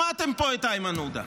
שמעתם פה את איימן עודה,